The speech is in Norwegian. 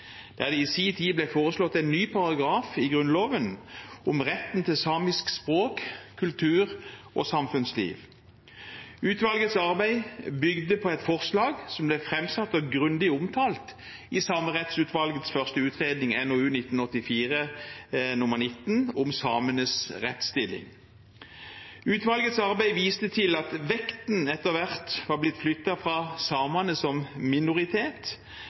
der det i sin tid ble foreslått en ny paragraf i Grunnloven om retten til samisk språk, kultur og samfunnsliv. Utvalgets arbeid bygget på et forslag som ble framsatt og grundig omtalt i Samerettsutvalgets første utredning, NOU 1984: 18 Om samenes rettsstilling. Utvalgets arbeid viste til at vekten etter hvert var blitt flyttet fra samene som en minoritet